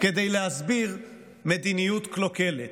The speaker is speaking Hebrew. כדי להסביר מדיניות קלוקלת.